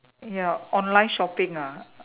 ya online shopping ah